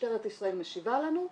משטרת ישראל משיבה לנו,